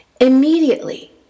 Immediately